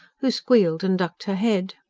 who squealed and ducked her head.